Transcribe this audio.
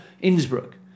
Innsbruck